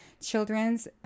Children's